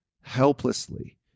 helplessly